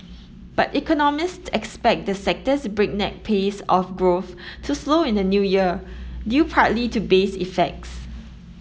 but economists expect the sector's breakneck pace of growth to slow in the new year due partly to base effects